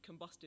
combusted